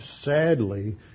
sadly